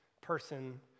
person